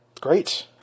great